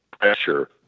pressure